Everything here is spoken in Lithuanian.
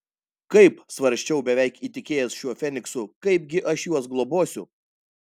kaip svarsčiau beveik įtikėjęs šiuo feniksu kaipgi aš juos globosiu